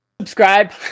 Subscribe